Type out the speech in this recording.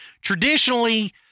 traditionally